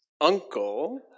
uncle